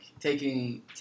taking